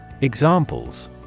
Examples